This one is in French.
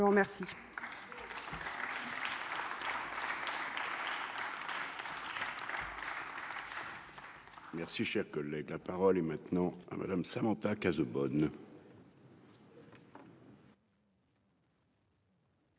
je vous remercie.